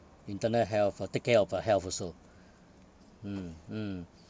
internal health uh take care of the health also mm mm